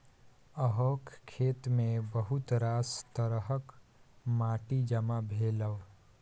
अहाँक खेतमे बहुत रास तरहक माटि जमा भेल यै